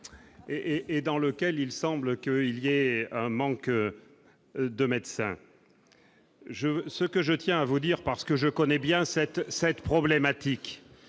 et dans lequel il semble qu'il y avait un manque de médecins, je veux ce que je tiens à vous dire parce que je connais bien cette cette problématique